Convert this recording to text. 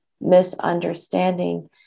misunderstanding